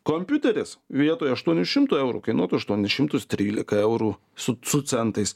kompiuteris vietoj aštuonių šimtų eurų kainuotų aštuonis šimtus trylika eurų su su centais